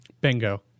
Bingo